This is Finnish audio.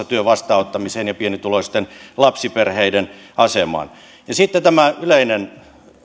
työn vastaanottamiseen ja pienituloisten lapsiperheiden asemaan sitten tämä yleinen